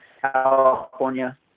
California